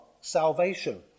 salvation